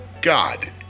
god